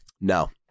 No